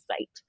site